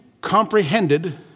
comprehended